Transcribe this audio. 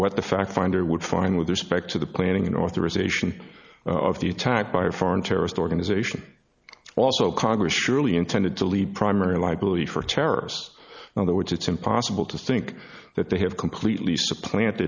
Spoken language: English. what the fact finder would find with respect to the planning and authorization of the attack by a foreign terrorist organization also congress surely intended to leave primary liability for terrorists now though it's impossible to think that they have completely supplant